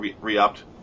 re-upped